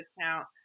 account